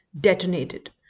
detonated